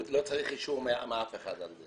הוא לא צריך אישור מאף אחד על כך.